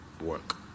work